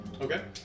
Okay